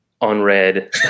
unread